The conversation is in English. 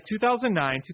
2009